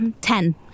Ten